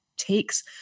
takes